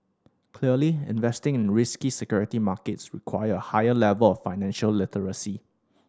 clearly investing in risky security markets require a higher level of financial literacy